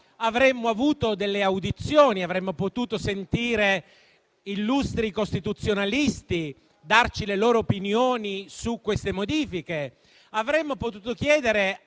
avremmo avuto delle audizioni, avremmo potuto sentire illustri costituzionalisti darci le loro opinioni sulle modifiche. Avremmo potuto chiedere